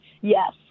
Yes